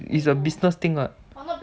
it's a business thing lah